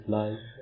life